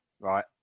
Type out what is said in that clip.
right